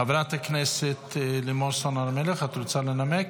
חברת הכנסת לימור סון הר מלך, את רוצה לנמק?